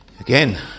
Again